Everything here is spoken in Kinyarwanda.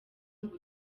ngo